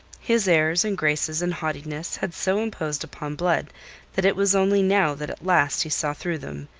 his airs and graces and haughtiness had so imposed upon blood that it was only now that at last he saw through them,